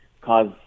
cause